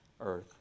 earth